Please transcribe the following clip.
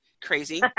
crazy